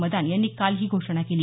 मदान यांनी काल ही घोषणा केली